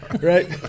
right